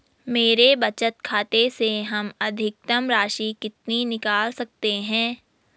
मेरे बचत खाते से हम अधिकतम राशि कितनी निकाल सकते हैं?